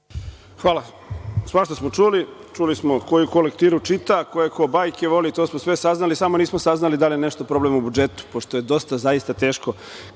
Hvala. Svašta smo čuli, čuli smo ko koju lektiru čita, ko koje bajke voli, to smo sve saznali, samo nismo saznali da li je nešto problem u budžetu, pošto je dosta zaista teško